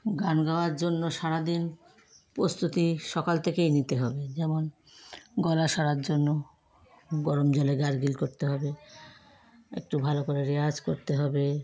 গান গাওয়ার জন্য সারা দিন প্রস্তুতি সকাল থেকেই নিতে হবে যেমন গলা সারার জন্য গরম জলে গারগেল করতে হবে একটু ভালো করে রেওয়াজ করতে হবে